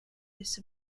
this